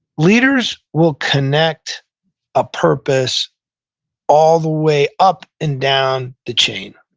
leaders will connect a purpose all the way up and down the chain,